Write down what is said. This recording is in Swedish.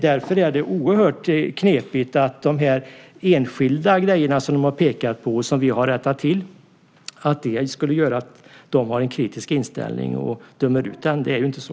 Därför är det oerhört knepigt att påpeka att enskilda grejer, som vi har rättat till, skulle göra att man kan inta en kritisk ställning och döma ut reformen. Det är inte så.